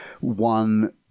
one